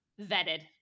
vetted